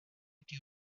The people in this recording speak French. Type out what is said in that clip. été